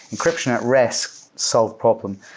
encryption at rest solve problem.